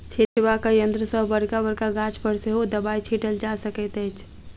छिटबाक यंत्र सॅ बड़का बड़का गाछ पर सेहो दबाई छिटल जा सकैत अछि